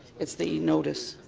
it's the notice.